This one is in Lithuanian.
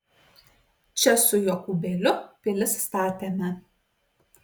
čia su jokūbėliu pilis statėme